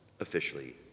officially